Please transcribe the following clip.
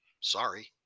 Sorry